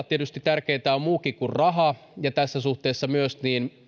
tietysti tärkeää on muukin kuin raha ja myös tässä suhteessa me